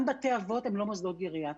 גם בתי האבות הם לא מוסדות גריאטריים.